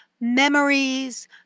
memories